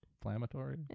Inflammatory